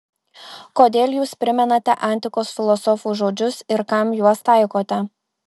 kodėl jūs primenate antikos filosofų žodžius ir kam juos taikote